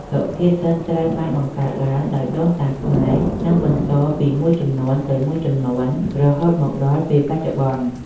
សុភាសិតត្រូវបានបង្កើតឡើងដោយដូនតាខ្មែរ និងបន្តពីមួយជំនន់ទៅមួយជំនន់រហូតមកដល់ពេលបច្ចុប្បន្ន។